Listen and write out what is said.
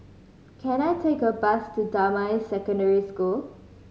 can I take a bus to Damai Secondary School